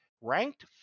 ranked